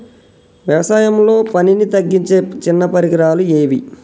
వ్యవసాయంలో పనిని తగ్గించే చిన్న పరికరాలు ఏవి?